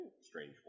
Strange